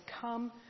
come